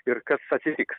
ir kas atsitiks